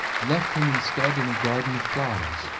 left him instead in a garden of flowers,